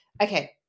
Okay